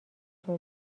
شده